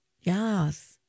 Yes